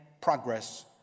progress